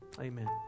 Amen